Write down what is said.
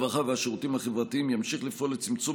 הרווחה והשירותים החברתיים ימשיך לפעול לצמצום